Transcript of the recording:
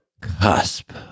cusp